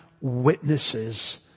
witnesses